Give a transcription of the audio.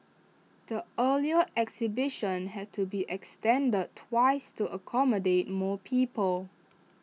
the earlier exhibition had to be extended twice to accommodate more people